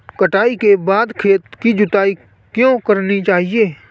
कटाई के बाद खेत की जुताई क्यो करनी चाहिए?